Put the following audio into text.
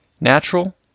natural